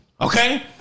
Okay